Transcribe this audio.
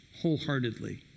wholeheartedly